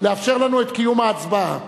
לאפשר לנו את קיום ההצבעה.